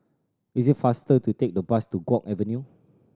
it is faster to take the bus to Guok Avenue